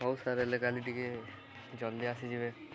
ହଉ ସାର୍ ହେଲେ କାଲି ଟିକେ ଜଲ୍ଦି ଆସିଯିବେ